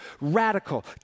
radical